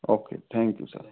okay thank you sir